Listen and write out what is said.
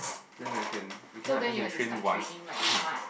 then like can you can I can train once